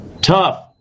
Tough